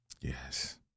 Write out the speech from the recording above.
yes